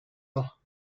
ans